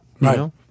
right